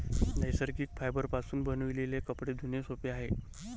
नैसर्गिक फायबरपासून बनविलेले कपडे धुणे सोपे आहे